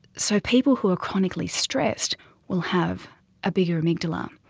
so people who are chronically stressed will have a bigger amygdala.